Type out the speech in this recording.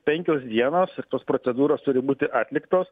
penkios dienos ir tos procedūros turi būti atliktos